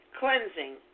cleansing